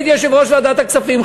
אני הייתי יושב-ראש ועדת הכספים,